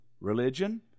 religion